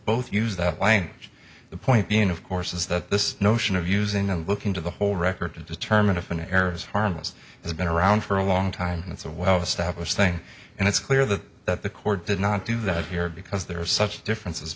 both use that language the point being of course is that this notion of using and looking to the whole record to determine if an error is harmless has been around for a long time and it's a well established thing and it's clear that that the court did not do that here because there are such differences